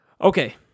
okay